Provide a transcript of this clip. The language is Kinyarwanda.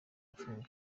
wapfuye